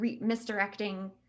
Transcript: misdirecting